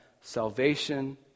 salvation